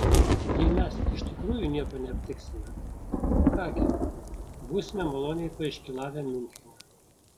jei mes iš tikrųjų nieko neaptiksime ką gi būsime maloniai paiškylavę miunchene